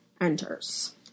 enters